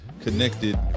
connected